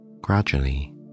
Gradually